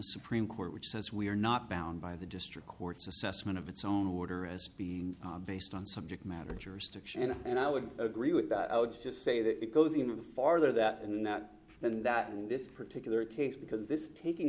supreme court which says we are not bound by the district court's assessment of its own order as being based on subject matter jurisdiction and and i would agree with that i would just say that it goes into the farther that in that than that in this particular case because this taking